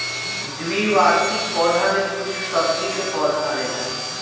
द्विवार्षिक पौधा में कुछ सब्जी के पौधा आवेला